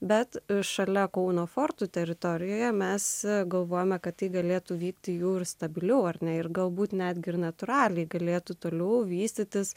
bet šalia kauno fortų teritorijoje mes galvojome kad tai galėtų vykti į jų ir stabilių ar ne ir galbūt netgi ir natūraliai galėtų toliau vystytis